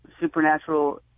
supernatural